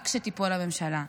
רק שתיפול הממשלה.